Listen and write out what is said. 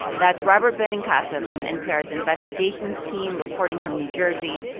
that's robert benincasa from npr's investigations team reporting from new jersey.